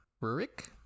Rurik